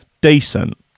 Decent